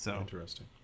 interesting